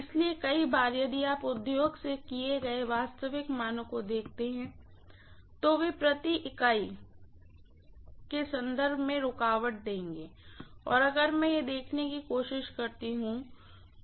इसलिए कई बार यदि आप उद्योग से दिए गए वास्तविक मानों को देखते हैं तो वे हमेशा पर यूनिट के संदर्भ में रुकावटें देंगे और अगर मैं यह देखने की कोशिश करती हूँ तो